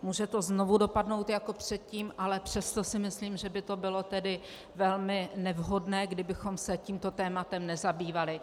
Může to znovu dopadnout jako předtím, ale přesto si myslím, že by to bylo velmi nevhodné, kdybychom se tímto tématem nezabývali.